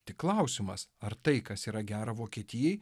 tik klausimas ar tai kas yra gera vokietijai